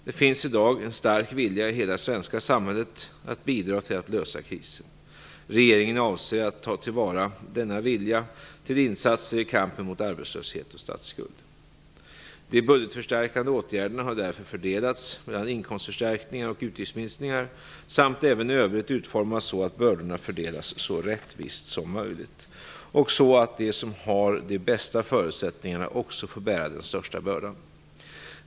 Det finns i dag en stark vilja i hela det svenska samhället att bidra till att lösa krisen. Regeringen avser att ta till vara denna vilja till insatser i kampen mot arbetslöshet och statsskuld. De budgetförstärkande åtgärderna har därför fördelats mellan inkomstförstärkningar och utgiftsminskningar samt även i övrigt utformats så att bördorna fördelas så rättvist som möjligt, och så att de som har de bästa förutsättningarna också får bära den största bördan.